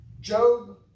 Job